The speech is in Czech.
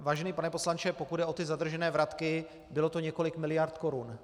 Vážený pane poslanče, pokud jde o zadržené vratky, bylo to několik miliard korun.